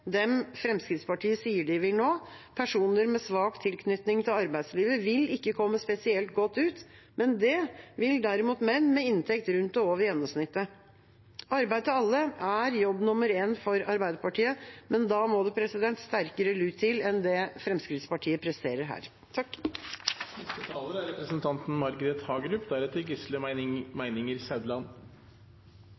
dem Fremskrittspartiet sier de vil nå, personer med svak tilknytning til arbeidslivet vil ikke komme spesielt godt ut, men det vil derimot menn med inntekt rundt og over gjennomsnittet. Arbeid til alle er jobb nummer én for Arbeiderpartiet, men da må det sterkere lut til enn det Fremskrittspartiet presterer her.